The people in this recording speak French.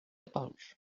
apparu